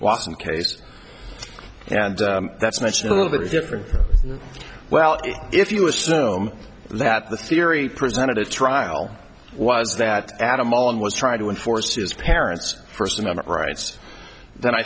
n case and that's mentioned a little bit different well if you assume that the theory presented at trial was that adam on was trying to enforce his parents first amendment rights then i